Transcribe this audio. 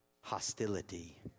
hostility